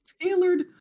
tailored